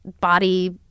body